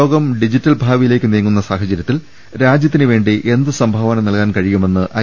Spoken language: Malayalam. ലോകം ഡിജിറ്റൽ ഭാവിയിലേക്ക് നീങ്ങുന്ന സാഹചര്യത്തിൽ രാജ്യത്തി നുവേണ്ടി എന്ത് സംഭാവന നൽകാൻ കഴിയുമെന്ന് ഐ